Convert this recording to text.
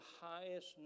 highest